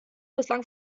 bislang